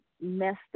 messed